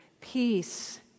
peace